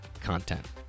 content